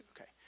Okay